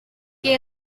que